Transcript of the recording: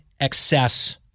excess